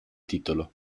titolo